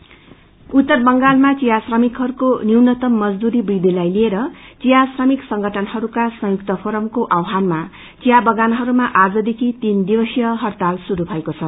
T गाउँन उत्तर बंगालमा विया श्रमिकहरूको न्यूनतम मजदुरी वृचिलाई लिएर विया श्रमिक संगठनहरूका संयुक्त फोरमको आव्हानमा विया बगानहरूमा आजदेखि तीन दिवसीय हड़ताल शुरू मएको छ